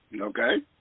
Okay